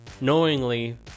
knowingly